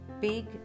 Big